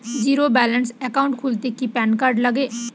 Zero balance account খুলতে কি PAN card লাগে?